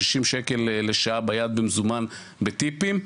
ששים שקל לשעה ביד במזומן בטיפים,